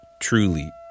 truly